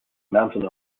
mountain